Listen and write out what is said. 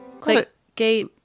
Click-gate